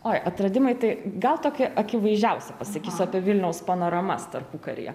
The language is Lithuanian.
oi atradimai tai gal tokį akivaizdžiausią pasakysiu apie vilniaus panoramas tarpukaryje